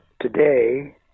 Today